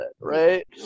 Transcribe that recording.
right